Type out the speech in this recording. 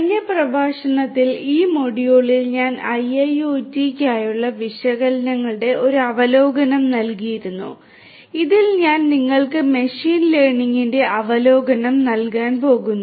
കഴിഞ്ഞ പ്രഭാഷണത്തിൽ ഈ മൊഡ്യൂളിൽ ഞാൻ IIoT യ്ക്കായുള്ള വിശകലനങ്ങളുടെ ഒരു അവലോകനം നൽകിയിരുന്നു ഇതിൽ ഞാൻ നിങ്ങൾക്ക് മെഷീൻ ലേണിംഗിന്റെ അവലോകനം നൽകാൻ പോകുന്നു